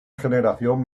generación